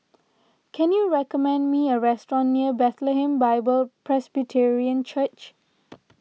can you recommend me a restaurant near Bethlehem Bible Presbyterian Church